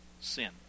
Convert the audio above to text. sin